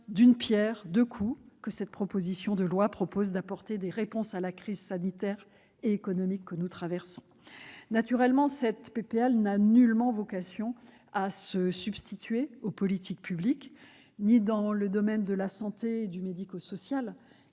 d'une pierre deux coups que cette proposition de loi tend à apporter des réponses à la crise sanitaire et économique que nous traversons. Naturellement, cette proposition de loi n'a nullement vocation à se substituer aux politiques publiques, ni dans le domaine de la santé et du médico-social